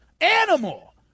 Animal